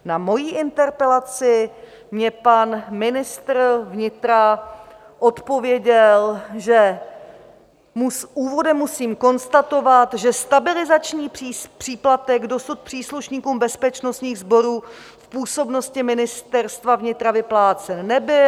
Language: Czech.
Na moji interpelaci mně pan ministr vnitra odpověděl: Úvodem musím konstatovat, že stabilizační příplatek dosud příslušníkům bezpečnostních sborů v působnosti Ministerstva vnitra vyplácen nebyl.